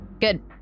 Good